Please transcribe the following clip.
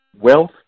wealth